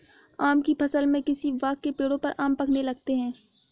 आम की फ़सल में किसी बाग़ के पेड़ों पर आम पकने लगते हैं